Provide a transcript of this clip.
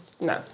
no